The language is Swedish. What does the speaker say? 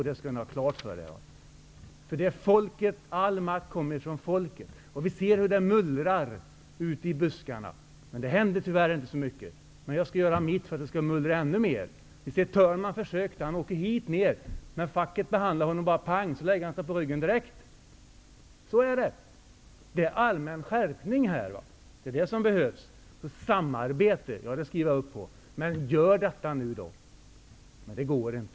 Det skall ni ha klart för er. All makt kommer ifrån folket. Vi ser hur det mullrar ute i buskarna men det händer tyvärr inte så mycket. Men jag skall göra mitt för att det skall mullra ännu mer. Törnman försökte. Han åkte hit ner till Stockholm. Men facket behandlade honom bara, pang, så lade han sig på ryggen direkt. Så är det. Det är allmän skärpning som behövs och samarbete, det skriver jag under på. Men gör något nu! Men det går inte.